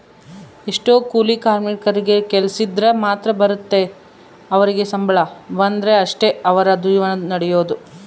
ಎಷ್ಟೊ ಕೂಲಿ ಕಾರ್ಮಿಕರಿಗೆ ಕೆಲ್ಸಿದ್ರ ಮಾತ್ರ ಬರುತ್ತೆ ಅವರಿಗೆ ಸಂಬಳ ಬಂದ್ರೆ ಅಷ್ಟೇ ಅವರ ಜೀವನ ನಡಿಯೊದು